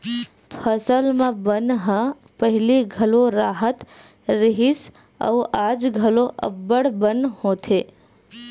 फसल म बन ह पहिली घलो राहत रिहिस अउ आज घलो अब्बड़ बन होथे